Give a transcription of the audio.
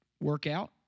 Workout